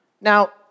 Now